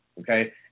okay